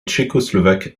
tchécoslovaques